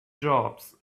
jobs